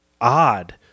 odd